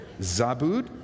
Zabud